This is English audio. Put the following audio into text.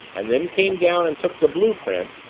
and then came down and took the blue-print,